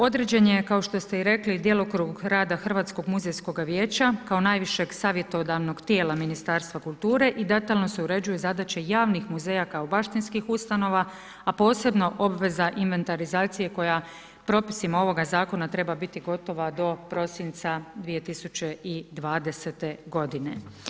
Određen je, kao što ste i rekli, djelokrug rada Hrvatskog muzejskoga vijeća kao najvišeg savjetodavnog tijela Ministarstva kulture i detaljno se uređuju zadaće javnih muzeja kao baštinskih ustanova, a posebno obveza invertarizacije koja propisima ovoga zakona treba biti gotova do prosinca 2020. godine.